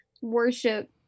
worship